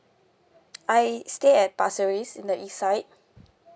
I stay at pasir ris in the east side